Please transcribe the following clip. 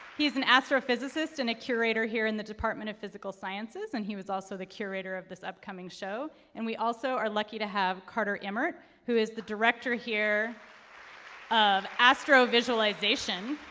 he's an astrophysicist and a curator here in the department of physical sciences and he was also the curator of this upcoming show. and we also are lucky to have carter emmart, who is the director here of astrovisualization.